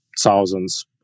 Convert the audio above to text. thousands